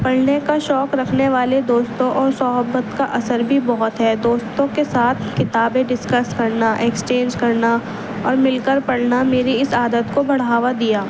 پڑھنے کا شوق رکھنے والے دوستوں اور صحبت کا اثر بھی بہت ہے دوستوں کے ساتھ کتابیں ڈسکس کرنا ایکسچینج کرنا اور مل کر پڑھنا میری اس عادت کو بڑھاوا دیا